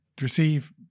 receive